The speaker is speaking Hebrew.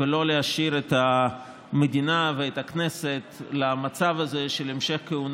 ולא להשאיר את המדינה ואת הכנסת במצב הזה של המשך כהונה